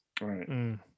Right